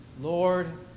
Lord